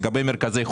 לגבי מרכזי חוסן.